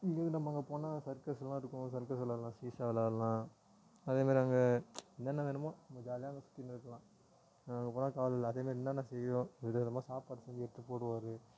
லீவுக்கு நம்ம அங்கே போனால் சர்க்கஸெல்லாம் இருக்கும் சர்க்கஸ் விளாட்லாம் சீசா விளாட்லாம் அதேமாதிரி அங்கே என்னென்ன வேணுமோ அங்கே ஜாலியாக அங்கே சுற்றின்னு இருக்கலாம் அங்கே போனால் கவலை இல்லை அதேமாதிரி என்னென்ன செய்கிறோம் விதவிதமாக சாப்பாடு செஞ்சு எடுத்து போடுவார்